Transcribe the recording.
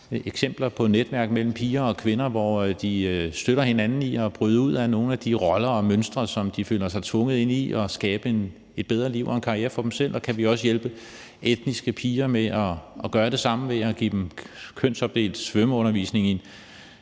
eksempler på netværk mellem piger og kvinder, hvor de støtter hinanden i at bryde ud af nogle af de roller og mønstre, som de føler sig tvunget ind i, og skabe et bedre liv og en karriere for dem selv, og kan vi også hjælpe etniske piger med at gøre det samme ved at give dem kønsopdelt svømmeundervisning, så